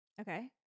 okay